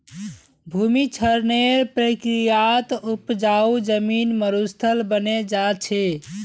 भूमि क्षरनेर प्रक्रियात उपजाऊ जमीन मरुस्थल बने जा छे